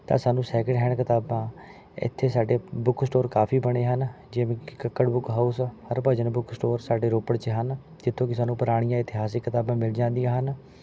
ਤਾਂ ਸਾਨੂੰ second hand ਕਿਤਾਬਾਂ ਇੱਥੇ ਸਾਡੇ ਬੁੱਕ ਸਟੋਰ ਕਾਫ਼ੀ ਬਣੇ ਹਨ ਜਿਵੇਂ ਕਿ Kakkar book house Harbhajan book store ਸਾਡੇ ਰੋਪੜ 'ਚ ਹਨ ਜਿੱਥੋਂ ਕਿ ਸਾਨੂੰ ਪੁਰਾਣੀਆਂ ਇਤਿਹਾਸਿਕ ਕਿਤਾਬਾਂ ਮਿਲ ਜਾਂਦੀਆਂ ਹਨ